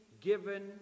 given